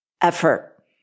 effort